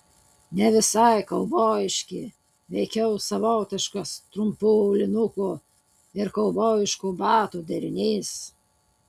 ne visai kaubojiški veikiau savotiškas trumpų aulinukų ir kaubojiškų batų derinys